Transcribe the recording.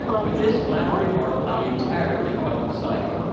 with his latter remark i entirely coincided.